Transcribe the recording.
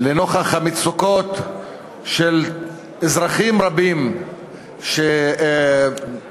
לנוכח המצוקות של אזרחים רבים שנתקלים